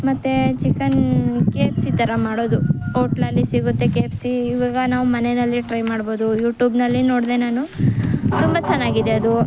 ಮತ್ತೇ chicken K F C ಥರ ಮಾಡೋದು ಹೋಟ್ಲಲ್ಲಿ ಸಿಗುತ್ತೆ ಕೆ ಎಫ್ ಸಿ ಇವಾಗ ನಾವು ಮನೆಯಲ್ಲಿ ಟ್ರೈ ಮಾಡಬೋದು ಯೂಟ್ಯೂಬ್ನಲ್ಲಿ ನೋಡ್ದೆ ನಾನು ತುಂಬ ಚೆನ್ನಾಗಿದೆ ಅದು